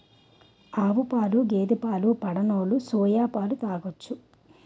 ఆవుపాలు గేదె పాలు పడనోలు సోయా పాలు తాగొచ్చు